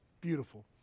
Beautiful